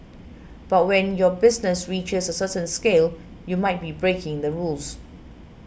but when your business reaches a certain scale you might be breaking the rules